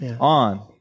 on